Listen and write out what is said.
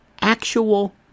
actual